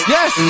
Yes